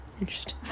Interesting